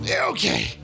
Okay